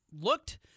looked